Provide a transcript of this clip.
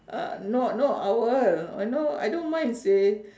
uh no not owl no uh I don't mind seh